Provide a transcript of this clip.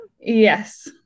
Yes